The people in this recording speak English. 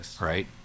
right